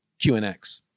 QNX